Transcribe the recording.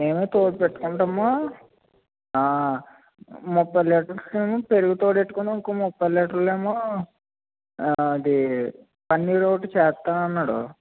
మేమే తోడు పెట్టుకుంటాము ముప్పై లీటర్స్ ఏమో పెరుగు తోడు పెట్టుకొని ఇంకో ముప్పై లీటర్లు ఏమో ఆ అది పన్నీర్ రోటి చేస్తా అన్నాడు